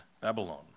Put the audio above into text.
Babylon